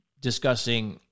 discussing